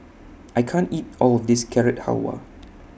I can't eat All of This Carrot Halwa